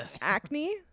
Acne